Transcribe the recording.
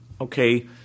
okay